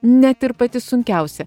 net ir pati sunkiausia